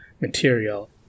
material